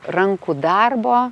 rankų darbo